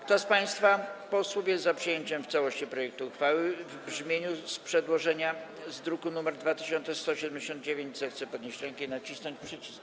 Kto z państwa posłów jest za przyjęciem w całości projektu uchwały w brzmieniu przedłożenia z druku nr 2179, zechce podnieść rękę i nacisnąć przycisk.